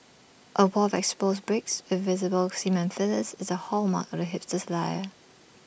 A wall of exposed bricks with visible cement fillers is the hallmark of the hipster's lair